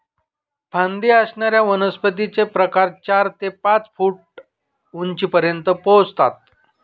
फांदी असणाऱ्या वनस्पतींचे प्रकार चार ते पाच फूट उंचीपर्यंत पोहोचतात